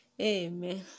Amen